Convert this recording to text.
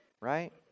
right